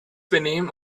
benehmen